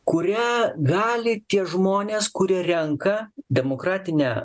kurią gali tie žmonės kurie renka demokratinę